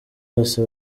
bose